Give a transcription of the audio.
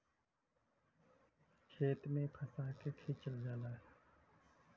खेत में फंसा के खिंचल जाला